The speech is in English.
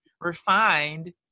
refined